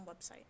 website